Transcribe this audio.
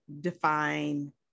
define